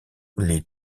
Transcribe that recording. les